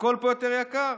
הכול פה יותר יקר.